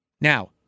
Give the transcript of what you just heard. Now